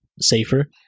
safer